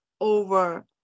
over